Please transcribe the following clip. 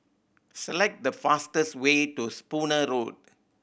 select the fastest way to Spooner Road